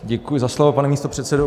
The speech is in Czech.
Děkuji za slovo, pane místopředsedo.